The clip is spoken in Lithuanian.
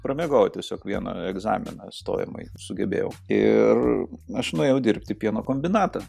pramiegojau tiesiog vieną egzaminą stojamąjį sugebėjau ir aš nuėjau dirbti į pieno kombinatą